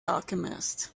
alchemist